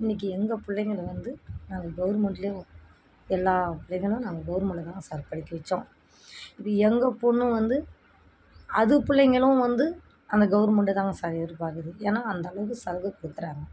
இன்றைக்கி எங்கள் பிள்ளைங்கள வந்து நாங்கள் கவுர்மெண்டுலே எல்லா பிள்ளைங்களும் நாங்கள் கவுர்மெண்டில் தாங்க சார் படிக்க வச்சோம் இது எங்கள் பொண்ணும் வந்து அது பிள்ளைங்களும் வந்து அந்த கவுர்மெண்டை தாங்க சார் எதிர்பார்க்குது ஏன்னால் அந்தளவுக்கு சலுகை கொடுக்கறாங்க